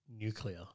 nuclear